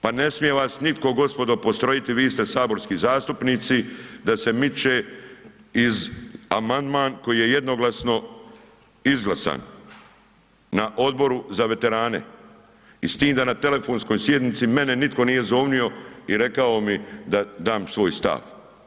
Pa ne smije vas nitko, gospodo, postrojiti, vi ste saborski zastupnici, da se miče iz amandman koji je jednoglasno izglasan na odboru za veterane i s tim da na telefonskoj sjednici mene nitko nije zovnio i rekao mi da dam svoj stav.